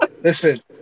listen